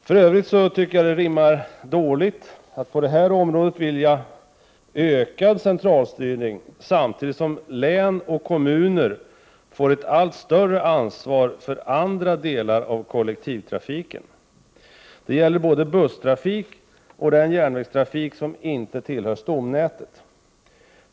För övrigt tycker jag att det rimmar dåligt att på detta område vilja ha ökad centralstyrning samtidigt som län och kommuner får ett allt större ansvar för andra delar av kollektivtrafiken. Det gäller både busstrafik och den järnvägstrafik som inte tillhör stamnätet.